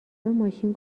ماشین